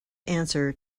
answer